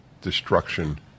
destruction